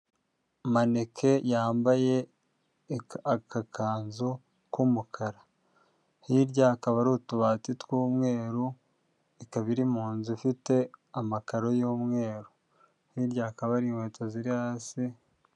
Maneke yambaye agakanzu k'umukara, hirya hakaba hari utubati tw'umweru, ikaba iri mu nzu ifite amakaro y'umweru. Hirya hakaba hari inkweto ziri hasi.